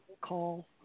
call